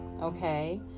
okay